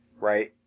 right